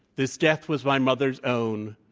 this death was my mother's own.